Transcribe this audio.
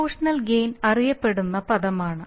proportional gain അറിയപ്പെടുന്ന പദമാണ്